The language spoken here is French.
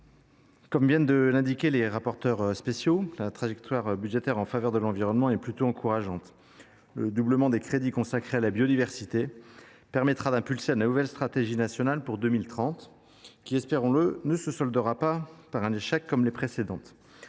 Comme viennent de l’indiquer les rapporteurs spéciaux, la trajectoire budgétaire en faveur de l’environnement est plutôt encourageante : le doublement des crédits consacrés à la biodiversité permettra d’impulser la nouvelle stratégie nationale pour 2030. Formons le vœu que celle ci ne se solde pas, comme les précédentes,